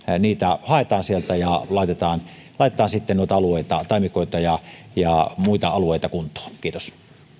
niitä haetaan sieltä ja laitetaan sitten taimikoita ja ja muita alueita kuntoon kiitos